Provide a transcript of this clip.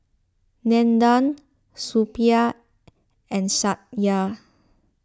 Nandan Suppiah and Satya